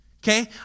Okay